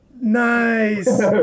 Nice